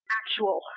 actual